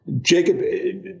Jacob